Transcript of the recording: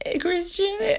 Christian